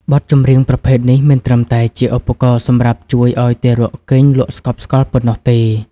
បទចម្រៀងប្រភេទនេះមិនត្រឹមតែជាឧបករណ៍សម្រាប់ជួយឱ្យទារកគេងលក់ស្កប់ស្កល់ប៉ុណ្ណោះទេ